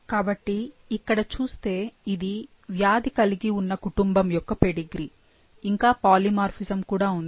కాబట్టి ఇక్కడ చూస్తే ఇది వ్యాధి కలిగి ఉన్న కుటుంబం యొక్క పెడిగ్రీ ఇంకా పాలిమార్ఫిజమ్ కూడా ఉంది